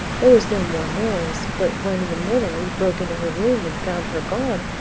there was no more noise, but when in the morning we broke into her room and found her gone,